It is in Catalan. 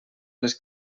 les